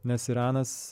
nes iranas